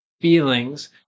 feelings